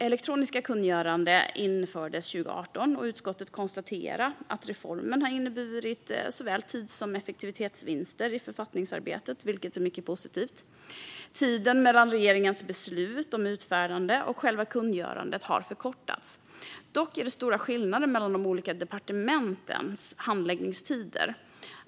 Elektroniska kungöranden infördes 2018. Utskottet konstaterar att reformen har inneburit såväl tids som effektivitetsvinster i författningsarbetet, vilket är mycket positivt. Tiden mellan regeringens beslut om utfärdande och själva kungörandet har förkortats. Dock är det stora skillnader mellan de olika departementens handläggningstider.